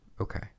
Okay